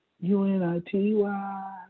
U-N-I-T-Y